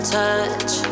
touch